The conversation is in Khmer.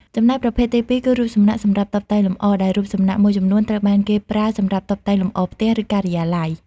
ចំណែកប្រភេទទីពីរ គឺរូបសំណាកសម្រាប់តុបតែងលម្អ ដែលរូបសំណាកមួយចំនួនត្រូវបានគេប្រើសម្រាប់តុបតែងលម្អផ្ទះ ឬការិយាល័យ។